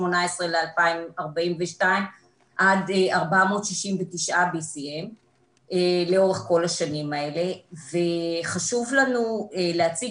ל-2042 עד 469 BCM לאורך כל השנים האלה וחשוב לנו להציג